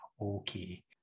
okay